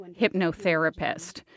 hypnotherapist